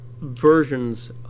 versions